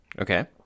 okay